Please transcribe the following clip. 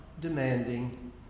demanding